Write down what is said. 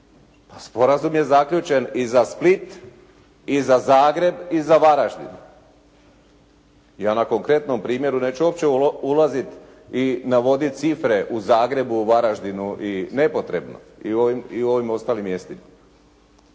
sporazum je zaključen i za Split i za Zagreb i za Varaždin. Ja na konkretnom primjeru neću uopće ulaziti i navoditi cifre u Zagrebu, Varaždinu i nepotrebno i ovim ostalim mjestima.